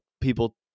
people